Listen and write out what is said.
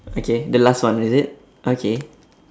okay the last one is it okay